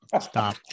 Stop